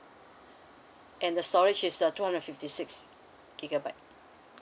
and the storage is uh two hundred and fifty six gigabyte